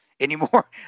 Anymore